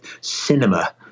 cinema